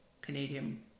canadian